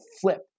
flip